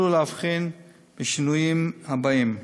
תוכלו להבחין בשינויים הבאים: